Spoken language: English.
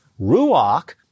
Ruach